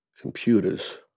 computers